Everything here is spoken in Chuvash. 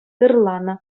ырланӑ